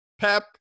Pep